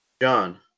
John